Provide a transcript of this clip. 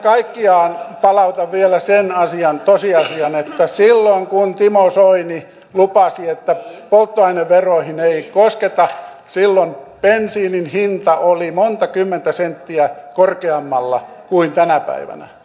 kaiken kaikkiaan palautan vielä sen asian tosiasian että silloin kun timo soini lupasi että polttoaineveroihin ei kosketa bensiinin hinta oli monta kymmentä senttiä korkeammalla kuin tänä päivänä